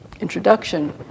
introduction